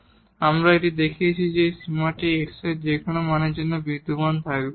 সুতরাং আমরা এই দেখিয়েছি যে এই সীমাগুলি x এর যেকোনো মানের জন্য বিদ্যমান থাকবে